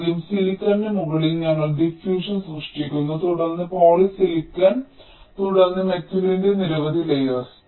ആദ്യം സിലിക്കണിന് മുകളിൽ ഞങ്ങൾ ഡിഫ്യൂഷൻ സൃഷ്ടിക്കുന്നു തുടർന്ന് പോളിസിലിക്കൺ തുടർന്ന് മെറ്റലിന്റെ നിരവധി ലേയേർസ്